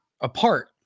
apart